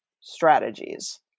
strategies